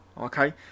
okay